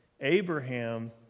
Abraham